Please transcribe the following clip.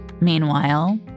Meanwhile